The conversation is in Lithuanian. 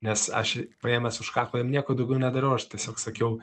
nes aš paėmęs už kaklo jam nieko daugiau nedariau aš tiesiog sakiau